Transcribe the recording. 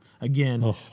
Again